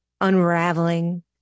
unraveling